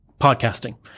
podcasting